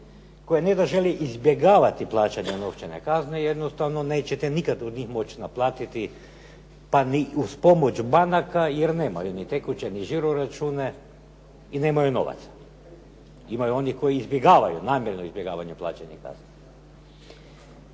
koji ne da želi izbjegavati plaćanje novčane kazne, jednostavno nećete nikad od njih moći naplatiti, pa ni uz pomoć banaka jer nemaju ni tekuće ni žiro račune i nemaju novaca. Imaju oni koji izbjegavaju, namjerno izbjegavaju plaćanje kazne.